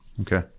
Okay